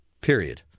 period